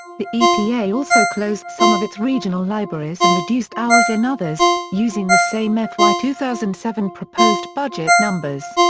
the epa also closed some of its regional libraries and reduced hours in others, using the same fy two thousand and seven proposed budget numbers.